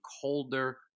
colder